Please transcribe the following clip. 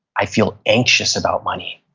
i feel anxious about money,